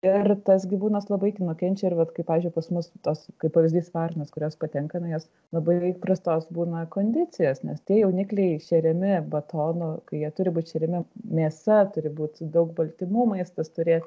ir tas gyvūnas labai nukenčia ir vat kaip pavyzdžiui pas mus tos kaip pavyzdys varnos kurios patenka nu jos labai prastos būna kondicijos nes tie jaunikliai šeriami batonu kai jie turi būt šeriami mėsa turi būti daug baltymų maistas turėt